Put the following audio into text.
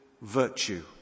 virtue